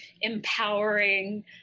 empowering